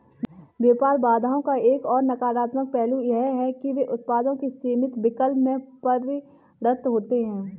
व्यापार बाधाओं का एक और नकारात्मक पहलू यह है कि वे उत्पादों के सीमित विकल्प में परिणत होते है